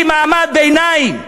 אני מעמד ביניים,